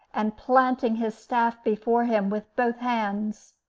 and planting his staff before him with both hands.